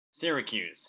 syracuse